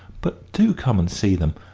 but do come and see them.